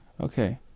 Okay